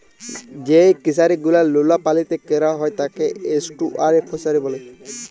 যেই ফিশারি গুলো লোলা পালিতে ক্যরা হ্যয় তাকে এস্টুয়ারই ফিসারী ব্যলে